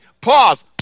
pause